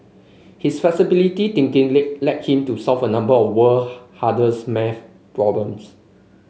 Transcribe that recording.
his flexible thinking lit led him to solve a number of world hardest maths problems